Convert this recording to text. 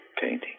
painting